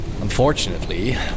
Unfortunately